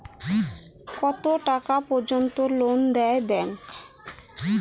কত টাকা পর্যন্ত লোন দেয় ব্যাংক?